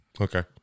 Okay